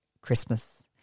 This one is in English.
Christmas